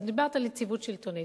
דיברת על יציבות שלטונית.